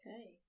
Okay